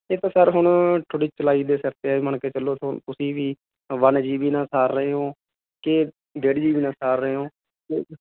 ਦੇਖੋ ਸਰ ਹੁਣ ਥੋਡੀ ਚਲਾਈ ਦੇ ਸਿਰ ਤੇ ਐ ਮੰਨ ਕੇ ਚਲੋ ਤੁਸੀਂ ਵੀ ਵਨ ਜੀ ਬੀ ਨਾਲ ਸਾਰ ਰਹੇ ਓ ਕੇ ਡੇਢ ਜੀ ਬੀ ਨਾਲ ਸਾਰ ਓ ਤੇ